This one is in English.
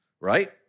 right